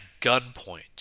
gunpoint